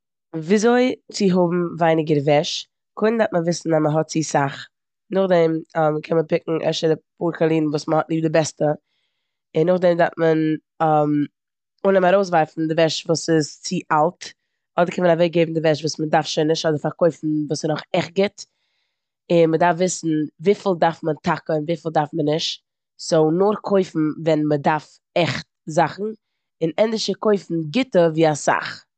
וויאזוי צו האבן ווייניגער וועש. קודם דארף מען וויסן אז מ'האט צו סאך, נאכדעם קען מען פיקן אפשר די פאר קאלירן וואס מ'האט ליב די בעסטע און נאכדעם דארף מען אנהייבן ארויסווארפן די וועש וואס איז צו אלט, אדער קען מען אוועקגעבן די וועש וואס מ'דארף שוין נישט אדער פארקויפן וואס איז נאך עכט גוט און מ'דארף וויסן וויפיל דארף מען טאקע און וויפיל דארף מען נישט סאו נאר קויפן ווען מ'דארף עכט זאכן און ענדערש קויפן גוטע ווי אסאך.